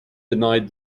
denied